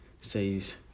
says